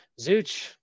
Zooch